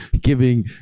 giving